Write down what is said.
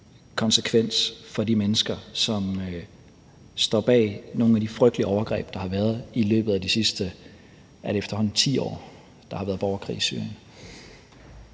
konsekvens for de mennesker, som står bag nogle af de frygtelige overgreb, der har været i løbet af de sidste, er det efterhånden 10 år, der har været borgerkrig i Syrien.